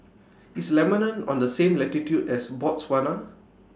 IS Lebanon on The same latitude as Botswana